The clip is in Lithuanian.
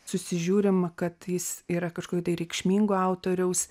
susižiūrim kad jis yra kažkokio reikšmingo autoriaus